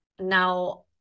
Now